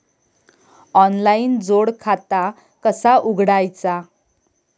Online जोड खाता कसा उघडायचा?